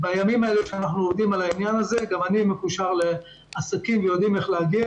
בימים האלה שאנחנו עובדים על העניין הזה שמענו מעסקים שהבנקים